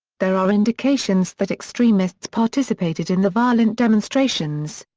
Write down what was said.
there are indications that extremists participated in the violent demonstrations.